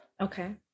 Okay